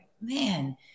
man